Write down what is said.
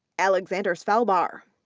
alexander cvelbar,